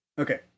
Okay